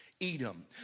Edom